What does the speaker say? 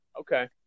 Okay